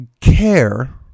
care